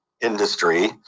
industry